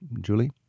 Julie